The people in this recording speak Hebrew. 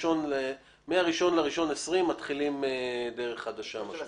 מה-1.1.2020 מתחילים בדרך חדשה.